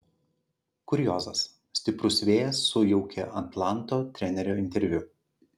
kuriozas stiprus vėjas sujaukė atlanto trenerio interviu